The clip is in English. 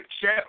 chat